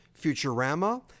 Futurama